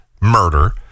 murder